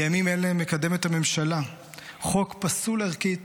בימים אלה מקדמת הממשלה חוק פסול ערכית